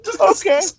Okay